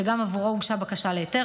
שגם עבורו הוגשה בקשה להיתר,